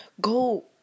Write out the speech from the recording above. Go